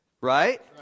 Right